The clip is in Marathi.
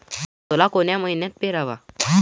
सोला कोन्या मइन्यात पेराव?